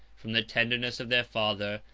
from the tenderness of their father,